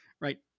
right